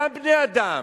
כן, גם הם בני-אדם.